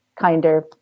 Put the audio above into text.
kinder